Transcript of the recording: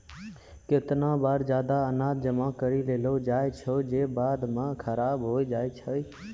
केतना बार जादा अनाज जमा करि लेलो जाय छै जे बाद म खराब होय जाय छै